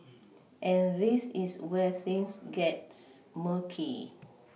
and this is where things gets murky